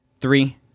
three